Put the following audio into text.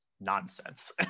nonsense